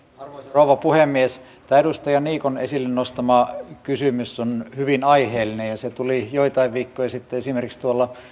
rouva puhemies tämä edustaja niikon esille nostama kysymys on hyvin aiheellinen ja se tuli joitain viikkoja sitten esimerkiksi tuolla